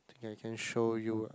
I can I can show you ah